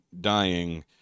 dying